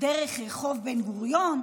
דרך רחוב בן-גוריון?